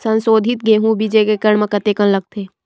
संसोधित गेहूं बीज एक एकड़ म कतेकन लगथे?